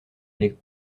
les